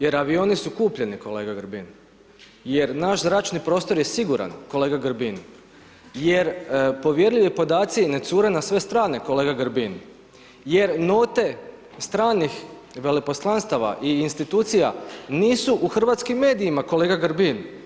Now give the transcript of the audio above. Jer avioni su kupljeni kolega Grbin jer naš zračni prostor je siguran kolega Grbin jer povjerljivi ne cure na sve strane kolega Grbin jer note stranih veleposlanstava i institucija nisu u hrvatskim medijima kolega Grbin.